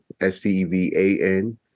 S-T-E-V-A-N